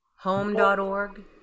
Home.org